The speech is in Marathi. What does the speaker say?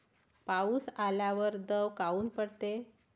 पाऊस आल्यावर दव काऊन पडते?